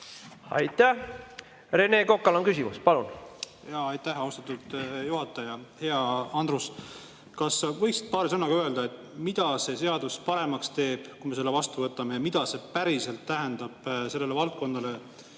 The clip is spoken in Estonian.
Aitäh! Rene Kokal on küsimus. Palun!